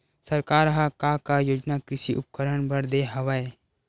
सरकार ह का का योजना कृषि उपकरण बर दे हवय?